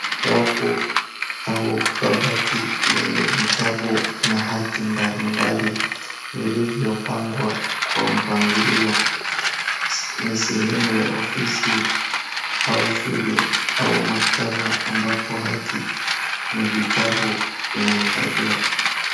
Rafu au kabati lenye vitabu na hati mbali mbali zilizopangwa kwa mpangilio, ni sehemu ya ofisi, au shule, au maktaba ambapo hati na vitabu vinahifadhiwa.